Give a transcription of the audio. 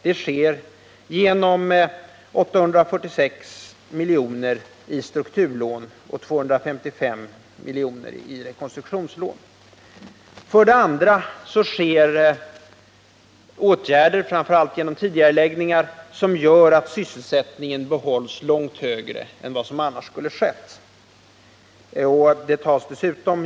Det sker genom 846 milj.kr. i strukturlån och 255 milj.kr. i rekonstruktionslån. För det andra vidtas åtgärder, framför allt genom tidigareläggningar av investeringar, som gör att sysselsättningen bibehålls i långt större omfattning än vad som annars skulle ha skett.